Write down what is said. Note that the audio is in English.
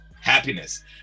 Happiness